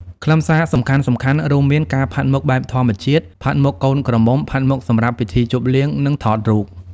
ខ្លឹមសារសំខាន់ៗរួមមាន ការផាត់មុខបែបធម្មជាតិ ផាត់មុខកូនក្រមុំ ផាត់មុខសម្រាប់ពិធីជប់លៀង និងថតរូប។